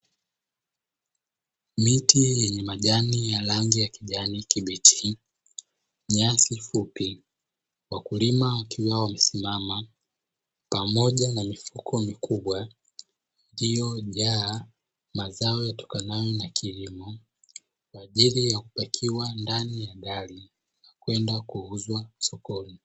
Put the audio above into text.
Miti yenye majani yenye rangi ya kijani kibichi, nyasi fupi, wakulima wakiwa wamesimama pamoja na mifuko mikubwa iliyojaa mazao yatokanayo na kilimo kwa ajili ya kupakiwa ndani ya gari kwenda kuuzwa masokoni.